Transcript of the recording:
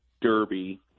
derby